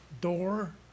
door